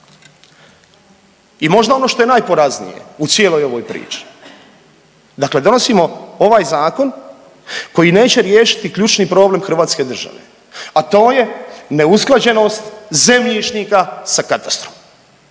I možda ono što je najporaznije u cijeloj ovoj priči, dakle donosimo ovaj zakon koji neće riješiti ključni problem Hrvatske države, a to je neusklađenost zemljišnika sa katastrom.